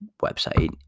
website